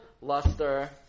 luster